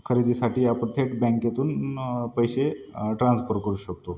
खरेदीसाठी आपण थेट बँकेतून पैसे ट्रान्सफर करू शकतो